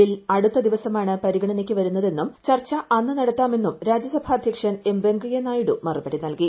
bill അടുത്ത ദിവസമാണ് പരിഗണനയ്ക്ക് വരുന്നതെന്നും ചർച്ച അന്ന് നടത്താമെന്നും രാജ്യസഭാ ചെയ്ർമാൻ വെങ്കയ്യനായിഡു മറുപടി നൽകി